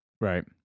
Right